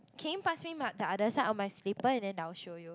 can you pass my the other side of my slipper and then I will show you